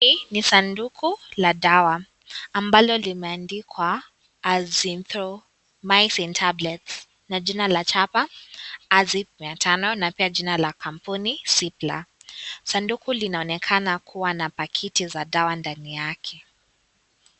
Hii ni sanduku la dawa ambalo limeandikwa azytromycyne tablet na jina la chapa azumenthanol na pia jina la kampuni sidla. Sanduku linaonekana kuwa na pakiti za dawa ndani yake.